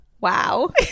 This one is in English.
wow